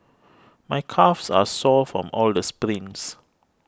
my calves are sore from all the sprints